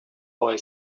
boy